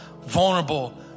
vulnerable